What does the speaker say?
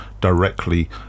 directly